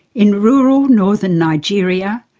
in rural northern nigeria,